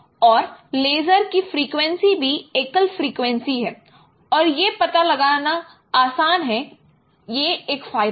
और लेज़र की फ्रीक्वेंसी भी एकल फ्रीक्वेंसी है और यह पता लगाना आसान है यह एक फायदा है